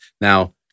now